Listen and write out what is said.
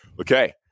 Okay